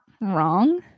wrong